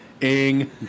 Ing